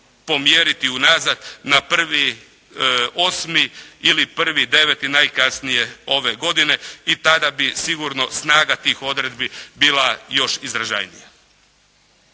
pomjeriti unazad na 1.8 ili 1.9. najkasnije ove godine i tada bi sigurno snaga tih odredbi bila još izražajnija.